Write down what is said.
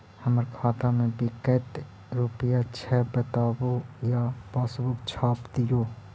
हमर खाता में विकतै रूपया छै बताबू या पासबुक छाप दियो?